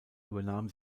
übernahm